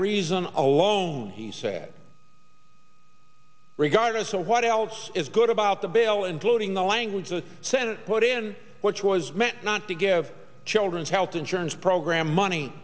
reason alone he said regardless of what else is good about the bill including the language the senate put in which was meant not to give children's health insurance program money